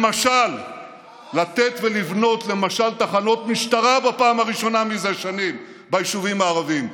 למשל לבנות תחנות משטרה בפעם הראשונה זה שנים ביישובים הערביים,